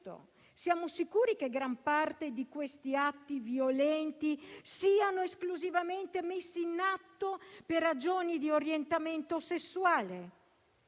Siamo sicuri che gran parte di quegli atti violenti siano esclusivamente messi in atto per ragioni di orientamento sessuale?